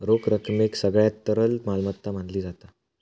रोख रकमेक सगळ्यात तरल मालमत्ता मानली जाता